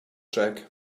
jack